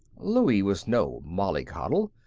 louie was no mollycoddle.